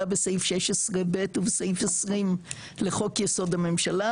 בסעיף 16 ב' ובסעיף 20 לחוק יסוד הממשלה,